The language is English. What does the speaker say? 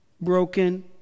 broken